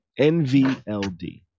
NVLD